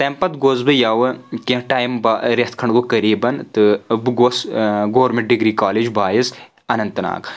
تَمہِ پَتہٕ گوس بہٕ یَوٕ کینہہ ٹایم با رٮ۪تھ کَھٔنڈ گوٚو قریٖبن تہٕ بہٕ گوس government degree college boys Anant Nag